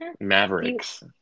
Mavericks